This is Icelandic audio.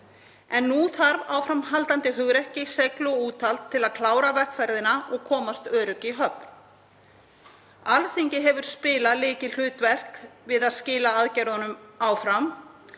En nú þarf áframhaldandi hugrekki, seiglu og úthald til að klára vegferðina og komast örugg í höfn. Alþingi hefur spilað lykilhlutverk í því að skila aðgerðunum áfram